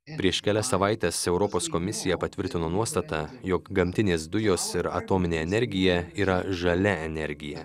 prieš kelias savaites europos komisija patvirtino nuostatą jog gamtinės dujos ir atominė energija yra žalia energija